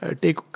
take